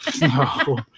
No